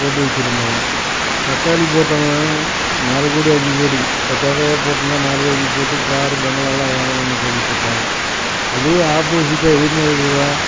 போட்டு வெச்சுருந்தோம் தக்காளி போட்டவன் நாலு கோடி அஞ்சு கோடி பத்தாயிரம் கிலோ போட்டு இருந்தவன் போட்டு காரு பங்களா எல்லாம் வாங்கினான்னு கேள்விப்பட்டேன் அதே ஆப்போசிட்டாக எதிர்மறைவுவாக